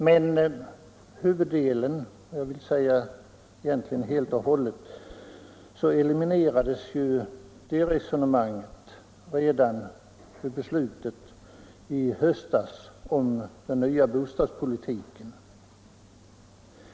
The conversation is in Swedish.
Men till sin alldeles övervägande del blev resonemanget oriktigt redan genom beslutet i höstas om den nya bostadspolitiken.